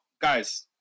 Guys